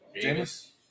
James